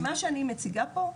מה שאני מציגה פה,